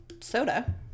soda